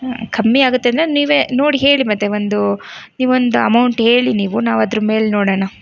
ಕಮ್ಮಿ ಆಗುತ್ತೆ ಅಂದರೆ ನೀವೇ ನೋಡಿ ಹೇಳಿ ಮತ್ತೆ ಒಂದು ನೀವೊಂದು ಅಮೌಂಟ್ ಹೇಳಿ ನೀವು ನಾವು ಅದ್ರ ಮೇಲೆ ನೋಡೋಣ